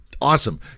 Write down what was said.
Awesome